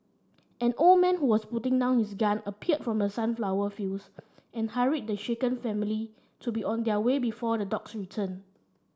an old man who was putting down his gun appeared from the sunflower fields and hurried the shaken family to be on their way before the dogs return